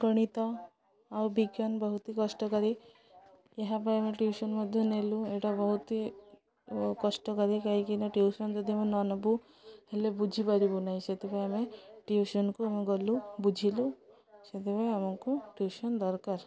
ଗଣିତ ଆଉ ବିଜ୍ଞାନ ବହୁତ କଷ୍ଟକାରୀ ଏହା ପାଇଁ ଆମେ ଟ୍ୟୁସନ୍ ମଧ୍ୟ ନେଲୁ ଏଇଟା ବହୁତ କଷ୍ଟକାରୀ କାହିଁକିନା ଟ୍ୟୁସନ୍ ଯଦି ଆମେ ନ ନେବୁ ହେଲେ ବୁଝିପାରିବୁ ନାହିଁ ସେଥିପାଇଁ ଆମେ ଟ୍ୟୁସନ୍କୁ ଆମେ ଗଲୁ ବୁଝିଲୁ ସେଥିପାଇଁ ଆମକୁ ଟ୍ୟୁସନ୍ ଦରକାର୍